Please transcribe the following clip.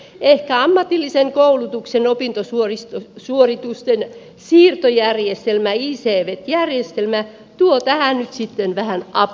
ehkä ammatillisen koulutuksen opintosuoritusten siirtojärjestelmä ecvet järjestelmä tuo tähän nyt sitten vähän apuja